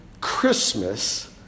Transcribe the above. Christmas